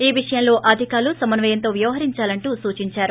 ఈ విషయంలో అధికారులు సమన్వయంతో వ్యవహరించాలని సూచించారు